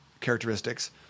characteristics